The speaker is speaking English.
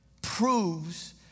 Proves